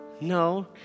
no